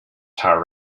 tar